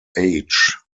age